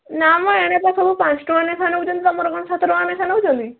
ନା ମ ଏଣେ ପରା ସବୁ ପାଞ୍ଚ ଟଙ୍କା ନେଖା ନଉଛନ୍ତି ତମର କ'ଣ ସାତ ଟଙ୍କା ନେଖା ନଉଛନ୍ତି